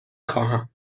خواهم